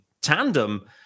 tandem